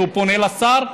פונה לשר,